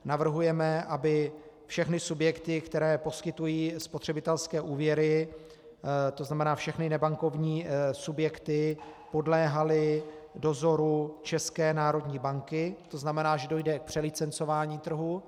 Navrhujeme, aby všechny subjekty, které poskytují spotřebitelské úvěry, tzn. všechny nebankovní subjekty, podléhaly dozoru České národní banky, tzn. že dojde k přelicencování trhu.